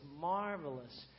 marvelous